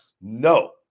No